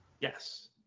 Yes